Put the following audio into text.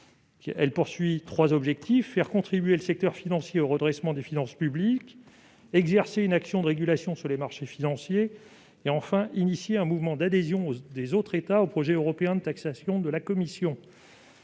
Elle a trois objectifs : faire contribuer le secteur financier au redressement des finances publiques ; exercer une action de régulation sur les marchés financiers ; initier un mouvement d'adhésion des autres États au projet de taxation proposé par la Commission